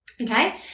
okay